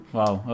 wow